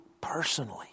personally